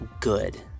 good